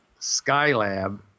Skylab